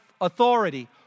authority